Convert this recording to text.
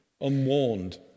unwarned